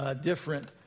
Different